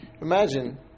Imagine